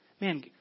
man